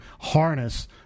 harness